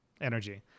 energy